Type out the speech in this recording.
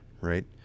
right